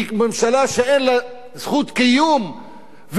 היא ממשלה שאין לה זכות קיום,